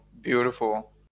beautiful